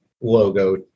logo